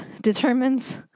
determines